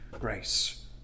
grace